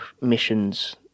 missions